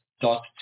dot